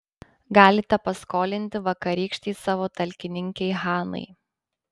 galite paskolinti vakarykštei savo talkininkei hanai